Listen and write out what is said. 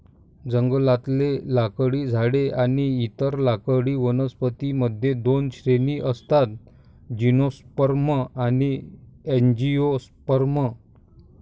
जंगलातले लाकडी झाडे आणि इतर लाकडी वनस्पतीं मध्ये दोन श्रेणी असतातः जिम्नोस्पर्म आणि अँजिओस्पर्म